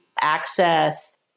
access